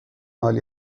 عالی